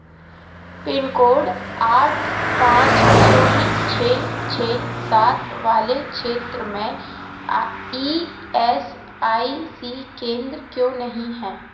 pin code आठ पाँच शून्य छः छः सात वाले क्षेत्र में ई एस आई सी केंद्र क्यों नहीं हैं